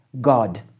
God